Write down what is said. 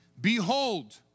Behold